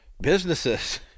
businesses